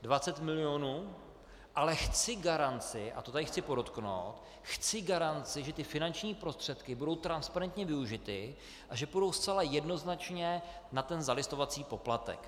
Dvacet milionů, ale chci garanci, a to tady chci podotknout, chci garanci, že ty finanční prostředky budou transparentně využity a že půjdou zcela jednoznačně na ten zalistovací poplatek.